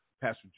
Pastor